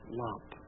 lump